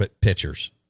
pitchers